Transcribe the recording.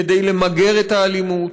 כדי למגר את האלימות,